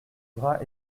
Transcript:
bras